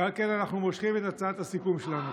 ועל כן אנחנו מושכים את הצעת הסיכום שלנו.